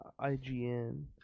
IGN